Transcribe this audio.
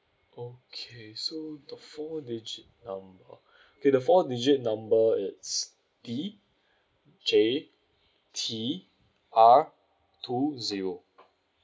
okay so the four digit number okay the four digit number it's D J T R two zero